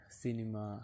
cinema